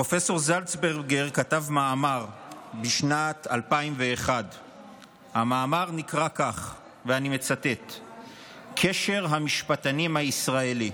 פרופ' זלצברגר כתב מאמר משנת 2001. המאמר נקרא "קשר המשפטנים הישראלי: